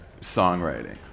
songwriting